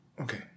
Okay